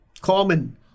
Common